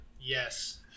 Yes